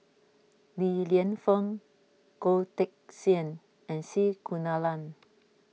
Li Lienfung Goh Teck Sian and C Kunalan